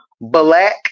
black